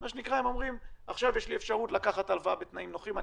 הם אומרים: עכשיו יש לי אפשרות לקחת הלוואה בתנאים נוחים,